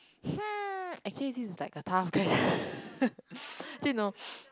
hmm actually this is like a tough question you know